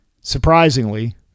Surprisingly